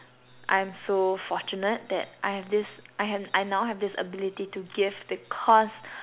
I'm so fortunate that I have this I've I now have this ability to give because